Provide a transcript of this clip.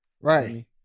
Right